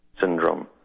syndrome